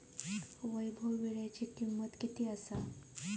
वैभव वीळ्याची किंमत किती हा?